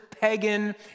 pagan